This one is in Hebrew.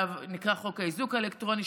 שנקרא חוק האיזוק האלקטרוני,